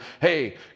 hey